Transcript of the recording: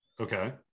Okay